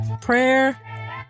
Prayer